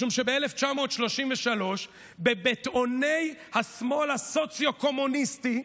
משום שב-1933, בביטאוני השמאל הסוציו-קומוניסטי,